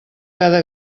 cada